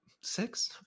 six